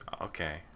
Okay